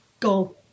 go